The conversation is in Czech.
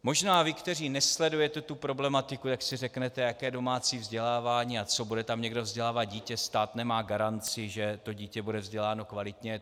Možná si vy, kteří nesledujete tu problematiku, řeknete: jaké domácí vzdělávání a co, bude tam někdo vzdělávat dítě, stát nemá garanci, že to dítě bude vzděláno kvalitně.